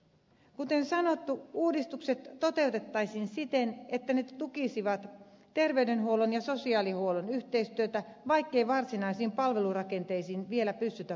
kuten sanottu uudistukset toteutettaisiin siten että ne tukisivat terveydenhuollon ja sosiaalihuollon yhteistyötä vaikkei varsinaisiin palvelurakenteisiin vielä pystytä puuttumaan